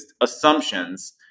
assumptions